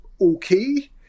okay